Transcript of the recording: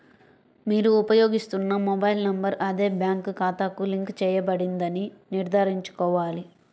మీరు ఉపయోగిస్తున్న mobile number అదే బ్యాంక్ ఖాతాకు లింక్ చేయబడిందని నిర్ధారించుకోవాలి